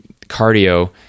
Cardio